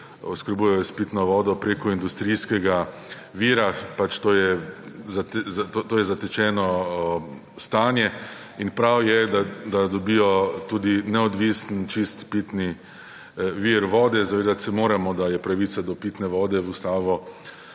oskrbujejo s pitno vodo preko industrijskega vira. Pač, to je zatečeno stanje in prav je, da dobijo tudi neodvisen čist pitni vir vode. Zavedati se moramo, da je pravica do pitne vode v ustavo